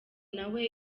nawe